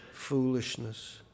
foolishness